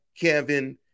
Kevin